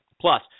Plus